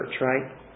right